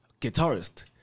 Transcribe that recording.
guitarist